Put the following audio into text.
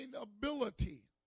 ability